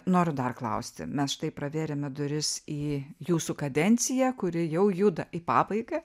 noriu dar klausti mes štai pravėrėme duris į jūsų kadenciją kuri jau juda į pabaigą